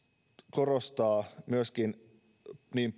korostaa myöskin niin